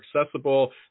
accessible